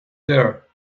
there